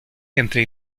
entre